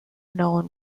known